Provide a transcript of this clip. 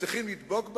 צריכים לדבוק בהם,